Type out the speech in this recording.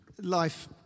Life